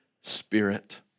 spirit